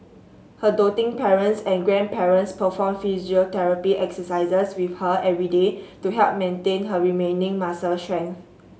her doting parents and grandparents perform physiotherapy exercises with her every day to help maintain her remaining muscle strength